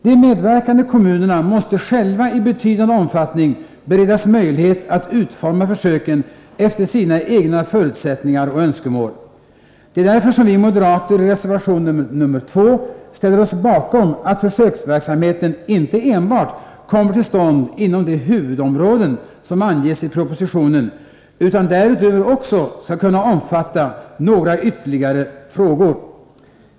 De medverkande kommunerna måste själva i betydande omfattning beredas möjlighet att utforma försöken efter sina egna förutsättningar och önskemål. Det är därför som vi moderater i reservationen nr 2 ställer oss bakom att försöksverksamheten kommer till stånd inte enbart inom de huvudområden som anges i propositionen, utan därutöver också skall kunna omfatta några ytterligare frågor.